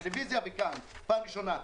ראיתי אותה בטלוויזיה וכאן פעם ראשונה.